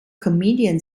comedian